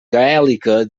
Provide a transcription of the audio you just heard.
gaèlica